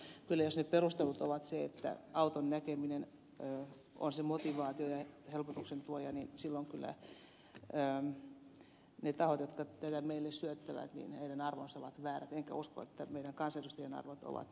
mutta kyllä jos perusteluna on se että auton näkeminen on se motivaatio ja helpotuksen tuoja silloin kyllä niiden tahojen jotka tätä meille syöttävät arvot ovat väärät